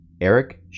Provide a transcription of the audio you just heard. Eric